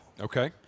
Okay